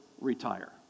retire